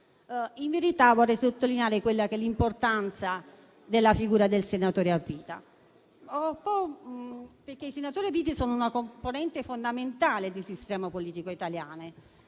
In verità, vorrei sottolineare l'importanza della figura dei senatori a vita, perché essi sono una componente fondamentale del sistema politico italiano.